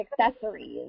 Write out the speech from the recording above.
accessories